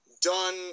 done